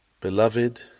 Beloved